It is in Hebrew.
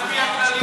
על-פי הכללים.